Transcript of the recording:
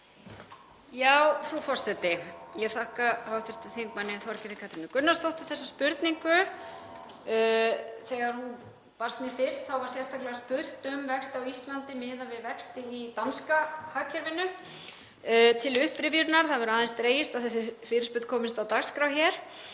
Frú forseti. Ég þakka hv. þm. Þorgerði Katrínu Gunnarsdóttur þessa spurningu. Þegar hún barst mér fyrst var sérstaklega spurt um vexti á Íslandi miðað við vexti í danska hagkerfinu, svona til upprifjunar, það hefur aðeins dregist að þessi fyrirspurn komist á dagskrá hér.